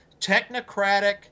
technocratic